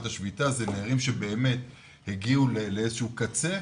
השביתה אלה נערים שבאמת הגיעו לאיזה שהוא קצה,